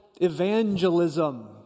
evangelism